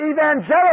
evangelical